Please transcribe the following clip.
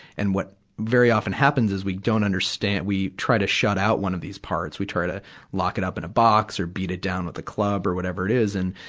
and what very often happens is we don't understand, we try to shut out one of these parts. we try to lock it up in a box or beat it down with a club or whatever it is. and,